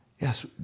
Yes